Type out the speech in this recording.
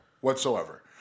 whatsoever